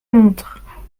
montre